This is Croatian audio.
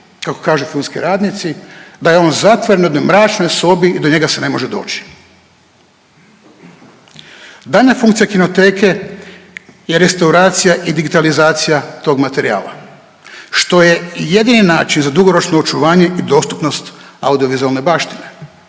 kako kažu filmski radnici da je on zatvoren u jednoj mračnoj sobi i do njega se ne može doći. Daljnja funkcija Kinoteke je restauracija i digitalizacija tog materijala što je jedini način za dugoročno očuvanje i dostupnost audiovizualne baštine.